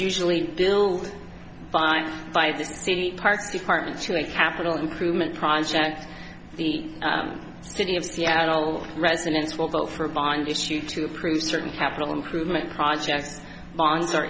usually billed fined by the city parks department to a capital improvement project the city of seattle residents will vote for a bond issue to approve certain capital improvement projects bonds are